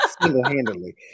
Single-handedly